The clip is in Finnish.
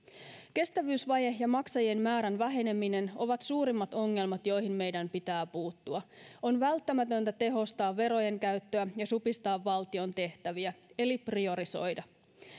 kestävyysvaje ja maksajien määrän väheneminen ovat suurimmat ongelmat joihin meidän pitää puuttua on välttämätöntä tehostaa verojen käyttöä ja supistaa valtion tehtäviä eli priorisoida